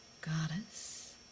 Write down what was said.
Goddess